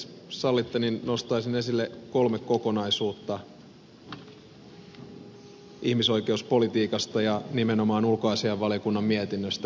jos sallitte niin nostaisin esille kolme kokonaisuutta ihmisoikeuspolitiikasta ja nimenomaan ulkoasiainvaliokunnan mietinnöstä